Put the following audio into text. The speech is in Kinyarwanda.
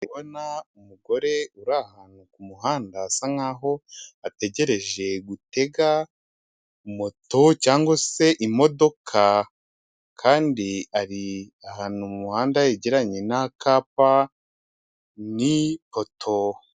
Ndi kubona umugore uri ahantu ku muhanda asa nkaho ategereje gutega moto cyangwa se imodoka. Kandi ari ahantu mu muhanda yegeranye n'akapa ni oto.